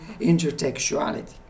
intertextuality